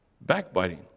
Backbiting